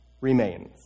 remains